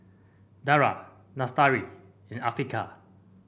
Dara Lestari and Afiqah